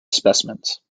specimens